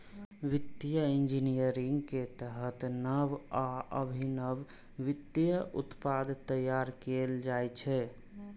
वित्तीय इंजीनियरिंग के तहत नव आ अभिनव वित्तीय उत्पाद तैयार कैल जाइ छै